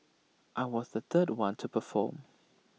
I was the third one to perform